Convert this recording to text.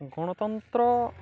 ଗଣତନ୍ତ୍ର